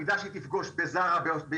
המידה שהיא תפגוש בזארה בישראל,